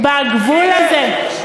הוא חילק.